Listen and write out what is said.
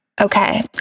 Okay